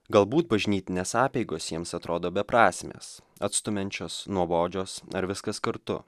galbūt bažnytinės apeigos jiems atrodo beprasmės atstumiančios nuobodžios ar viskas kartu